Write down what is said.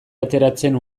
ateratzen